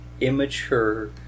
immature